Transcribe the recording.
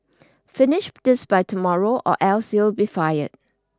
finish this by tomorrow or else you'll be fired